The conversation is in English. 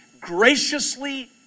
graciously